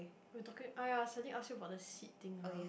what we talking !aiya! suddenly ask you about the seat thing ah